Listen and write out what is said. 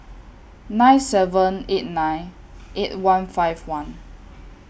nine seven eight nine eight one five one